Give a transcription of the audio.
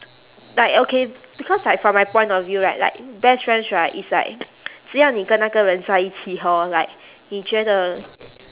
like okay because like from my point of view right like best friends right is like 只要你跟那个人在一起 hor like 你觉得